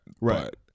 Right